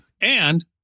And-